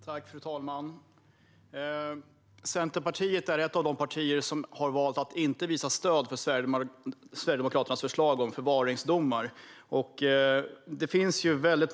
Fru talman! Centerpartiet är ett av de partier som har valt att inte visa stöd för Sverigedemokraternas förslag om förvaringsdomar.